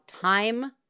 time